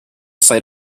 site